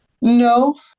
No